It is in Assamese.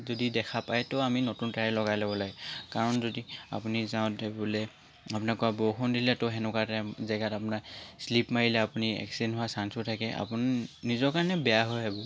যদি দেখা পায় ত' আমি নতুন টায়াৰ লগাই ল'ব লাগে কাৰণ যদি আপুনি যাওঁতে বোলে আপোনাৰ ক'ৰবাত বৰষুণ দিলে ত' তেনেকুৱা টাইম জাগাত আপোনাৰ স্লিপ মাৰিলে আপুনি এক্সিডেণ্ট হোৱাৰ চাঞ্চো থাকে আপুনি নিজৰ কাৰণে বেয়া হয় সেইবোৰ